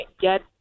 get